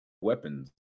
weapons